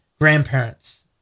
grandparents